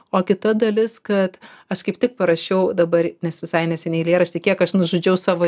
o kita dalis kad aš kaip tik parašiau dabar nes visai neseniai eilėraštį kiek aš nužudžiau savo